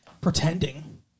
pretending